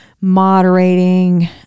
moderating